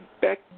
back